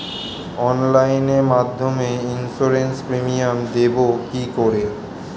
অনলাইনে মধ্যে insurance premium দেবো কি করে?